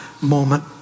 moment